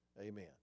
Amen